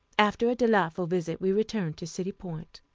after a delightful visit we returned to city point.